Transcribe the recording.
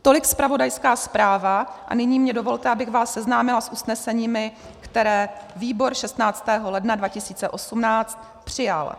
Tolik zpravodajská zpráva, a nyní mi dovolte, abych vás seznámila s usneseními, která výbor 16. ledna 2018 přijal.